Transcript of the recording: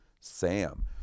Sam